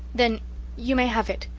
then you may have it,